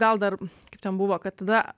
gal dar kaip ten buvo kad tada